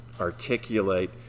articulate